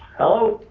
hello?